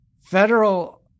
Federal